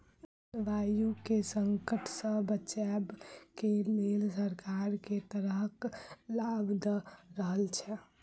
जलवायु केँ संकट सऽ बचाबै केँ लेल सरकार केँ तरहक लाभ दऽ रहल छै?